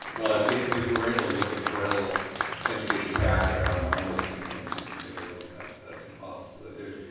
if we're able to look at parental education background and all those kind of things, you could take a look at that. that's impossible to do.